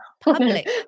public